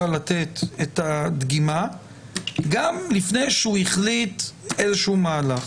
לתת את הדגימה גם לפני שהוא החליט על איזשהו מהלך.